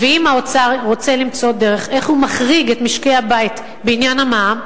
ואם האוצר רוצה למצוא דרך איך הוא מחריג את משקי-הבית בעניין המע"מ,